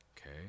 okay